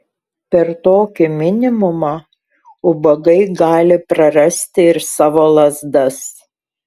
per tokį minimumą ubagai gali prarasti ir savo lazdas